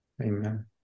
Amen